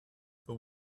the